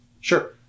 Sure